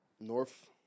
North